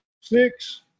six